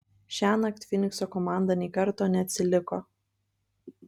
šiąnakt fynikso komanda nei karto neatsiliko